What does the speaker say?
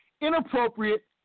inappropriate